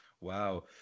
Wow